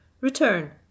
return